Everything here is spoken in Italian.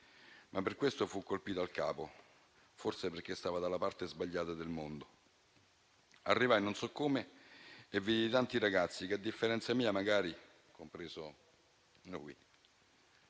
Ma per questo fu colpito al capo, forse perché stava dalla parte sbagliata del mondo. Arrivai, non so come, e vidi tanti ragazzi che, a differenza mia, magari ci